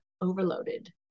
overloaded